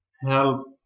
help